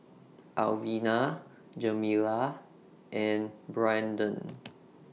Alvina Jamila and Brandon